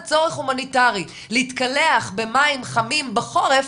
צורך הומניטרי - להתקלח במים חמים בחורף,